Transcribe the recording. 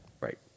Right